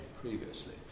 previously